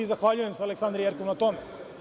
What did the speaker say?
Zahvaljujem se Aleksandri Jerkov na tome.